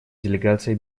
делегация